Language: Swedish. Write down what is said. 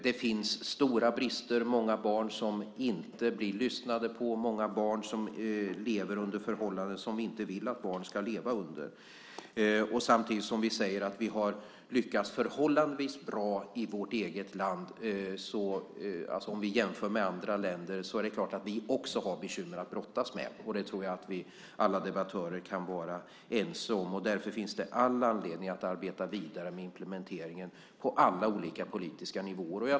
Det finns stora brister. Många barn har inte någon som lyssnar på dem. Många barn lever under förhållanden som vi inte vill att barn ska leva under. Samtidigt som vi säger att vi har lyckats förhållandevis bra i vårt eget land jämfört med andra länder har vi också bekymmer att brottas med. Det tror jag att alla debattörer kan vara ense om. Därför finns det all anledning att arbeta vidare med implementeringen på alla olika politiska nivåer.